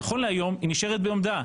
נכון להיום, נשארת בעומדה.